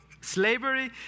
slavery